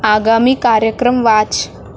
आगामी कार्यक्रम वाच